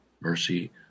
Mercy